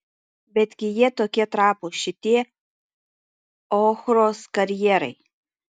betgi jie tokie trapūs šitie ochros karjerai